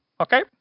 Okay